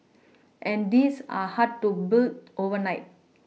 and these are hard to boo overnight